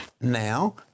Now